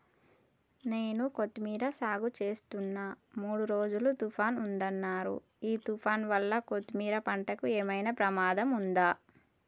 నేను కొత్తిమీర సాగుచేస్తున్న మూడు రోజులు తుఫాన్ ఉందన్నరు ఈ తుఫాన్ వల్ల కొత్తిమీర పంటకు ఏమైనా ప్రమాదం ఉందా?